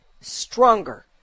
stronger